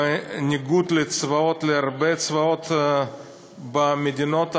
בניגוד לצבאות בהרבה מדינות אחרות,